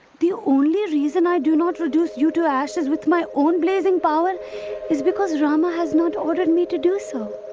the only reason i do not reduce you to ashes with my own blazing power is because rama has not ordered me to do so.